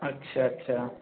अच्छा अच्छा